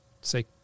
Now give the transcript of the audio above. say